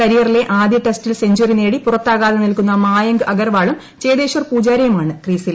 കരിയറിലെ ആദ്യ ടെസ്റ്റിൽ സെഞ്ചറി നേടി ്രപ്പുറ്താകാതെ നിൽക്കുന്ന മായങ്ക് അഗർവാളും ചേതേശ്വർ പൂജാർയുമാണ് ക്രീസിൽ